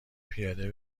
پیاده